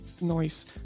noise